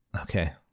Okay